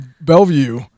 Bellevue